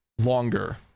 longer